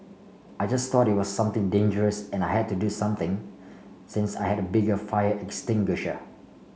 I just thought it was something dangerous and I had to do something since I had a bigger fire extinguisher